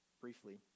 briefly